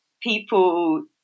people